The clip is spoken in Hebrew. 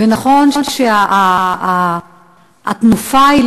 ונכון שהתנופה היא,